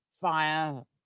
fire